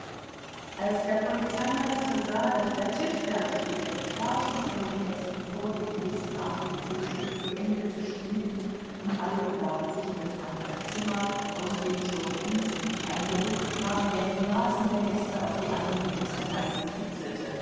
als der polizeimeister sah daß der tisch fertiggedeckt war schlug er den gästen vor den whist nach dem frühstück zu ende zu spielen und alle begaben sich in das andere zimmer aus dem schon längst ein geruch drang der die nasen der gäste auf die angenehmste weise kitzelte